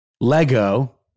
Lego